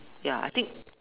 ya I think